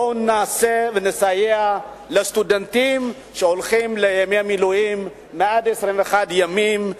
בואו נעשה ונסייע לסטודנטים שהולכים לימי מילואים מעל 21 ימים,